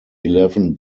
eleven